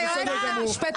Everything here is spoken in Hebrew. וזה בסדר גמור.